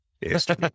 history